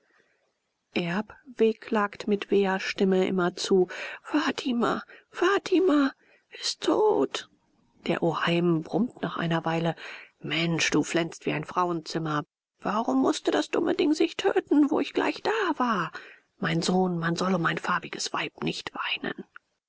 erb wehklagt mit weher stimme immerzu fatima fatima ist tot der oheim brummt nach einer weile mensch du flennst wie ein frauenzimmer warum mußte das dumme ding sich töten wo ich gleich da war mein sohn man soll um ein farbiges weib nicht weinen